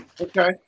Okay